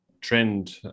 trend